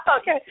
Okay